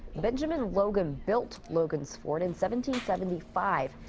benjamin logan built logan's fort in seventeen seventy five.